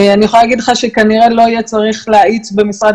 אני יכולה לומר לך שכנראה לא יהיה צריך להאיץ במשרד